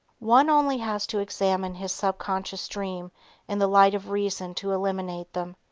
one only has to examine his subconscious dream in the light of reason to eliminate them.